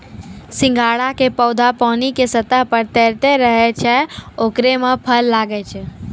सिंघाड़ा के पौधा पानी के सतह पर तैरते रहै छै ओकरे मॅ फल लागै छै